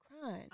crying